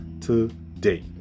today